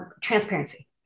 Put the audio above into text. transparency